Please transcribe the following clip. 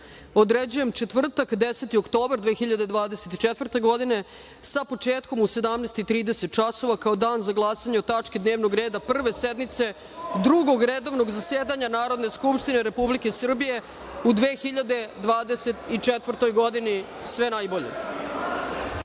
određujem četvrtak 10. oktobar 2024. godine sa početkom u 17.30 časova kao dan za glasanje o tački dnevnog reda Prve sednice Drugog redovnog zasedanja Narodne skupštine Republike Srbije u 2024. godini. Sve najbolje.(Posle